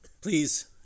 Please